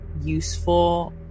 useful